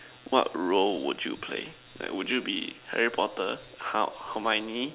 what role would you play like would you be Harry Potter har~ harmony